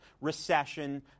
recession